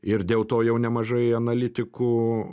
ir dėl to jau nemažai analitikų